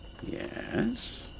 Yes